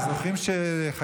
זוכרים שאנחנו בחקיקה?